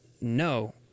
no